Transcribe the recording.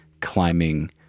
climbing